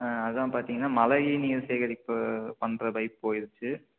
அதான் பார்த்தீங்கன்னா மழைநீர் சேகரிப்பு பண்ணுறதை போயிருச்சு